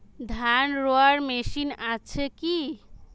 ধান রোয়ার মেশিন আছে কি?